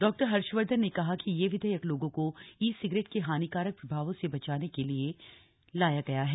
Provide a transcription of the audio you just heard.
डॉ हर्षवर्धन ने कहा कि यह विधेयक लोगों को ई सिगरेट के हानिकारक प्रभावों से बचाने के लिए लाया गया है